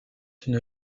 une